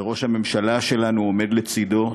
וראש הממשלה שלנו עומד לצדו,